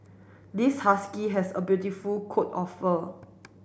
this husky has a beautiful coat of fur